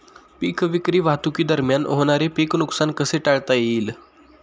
पीक विक्री वाहतुकीदरम्यान होणारे पीक नुकसान कसे टाळता येईल?